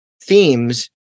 themes